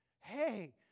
hey